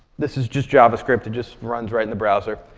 this is just javascript. it just runs right in the browser.